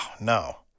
no